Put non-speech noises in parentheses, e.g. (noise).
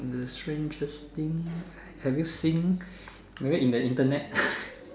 the strangest thing ever seen maybe in the Internet (laughs)